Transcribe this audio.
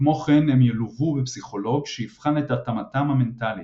כמו כן הם ילוו בפסיכולוג שיבחן את התאמתם המנטלית.